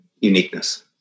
uniqueness